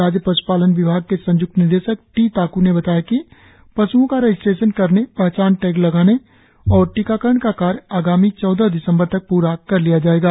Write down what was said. राज्य पश्पालन विभाग के संय्क्त निदेशक टी ताकू ने बताया कि पश्ओ का रजिस्ट्रेशन करने पहचान टैग लगाने और टीकाकरण का कार्य आगामी चौदह दिसंबर तक पूरा कर लिया जाएगा